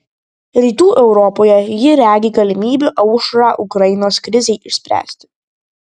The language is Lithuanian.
rytų europoje ji regi galimybių aušrą ukrainos krizei išspręsti